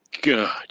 God